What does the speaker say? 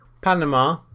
Panama